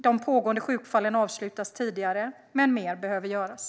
De pågående sjukfallen avslutas tidigare, men mer behöver göras.